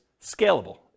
scalable